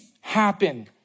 happen